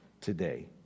today